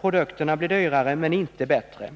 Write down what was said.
Produkterna blir dyrare, men inte bättre.